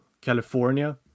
California